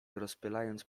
rozpylając